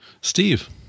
Steve